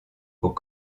aux